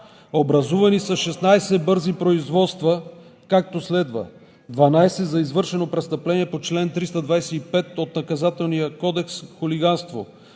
Образувани са 16 бързи производства, както следва: 12 за извършено престъпление по чл. 325 от Наказателния кодекс – хулиганство;